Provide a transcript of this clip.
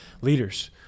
leaders